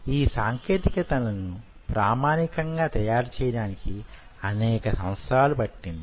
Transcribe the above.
ఈ సాంకేతికతలను ప్రామాణికంగా తయారు చెయ్యడానికి అనేక సంవత్సరాలు పట్టింది